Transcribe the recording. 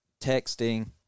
texting